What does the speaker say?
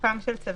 צו